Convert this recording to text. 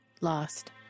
lost